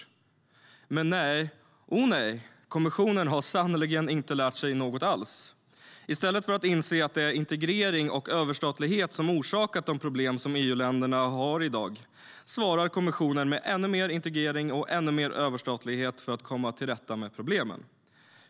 Men nej, å nej, kommissionen har sannerligen inte lärt sig något alls. I stället för att inse att det är integrering och överstatlighet som orsakat de problem som EU-länderna har i dag svarar kommissionen med ännu mer integrering och ännu mer överstatlighet för att komma till rätta med problemen.